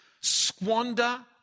squander